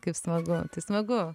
kaip smagu tai smagu